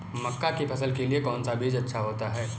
मक्का की फसल के लिए कौन सा बीज अच्छा होता है?